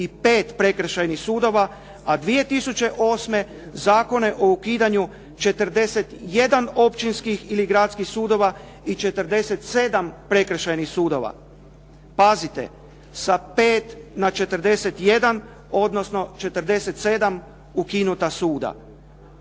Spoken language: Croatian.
i pet prekršajnih sudova a 2008. zakone o ukidanju 41 općinskih ili gradskih sudova i 47 prekršajnih sudova. Pazite, sa 5 na 41 odnosno 47 ukinuta suda.